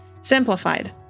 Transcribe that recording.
Simplified